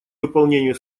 выполнению